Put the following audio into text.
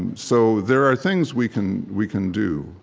and so there are things we can we can do,